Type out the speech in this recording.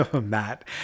Matt